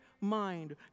mind